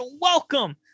welcome